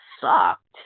sucked